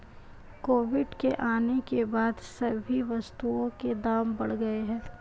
Covid के आने के बाद सभी वस्तुओं के दाम बढ़ गए हैं